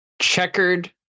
checkered